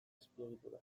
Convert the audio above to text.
azpiegitura